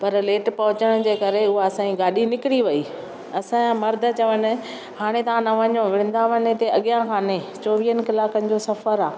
पर लेट पहुचण जे करे हूअ असांजी गाॾी निकिरी वई असांजा मर्द चवनि हाणे तव्हां न वञो वृंदावन हिते अॻियां कान्हे चोवीहनि कलाकनि जो सफ़रु आहे